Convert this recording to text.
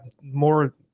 more